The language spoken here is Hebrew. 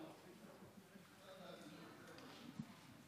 אין דין ואין דיין?